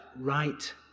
right